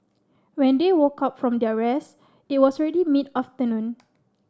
when they woke up from their rest it was already mid afternoon